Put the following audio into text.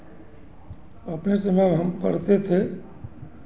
अपने से न हम पढ़ते थे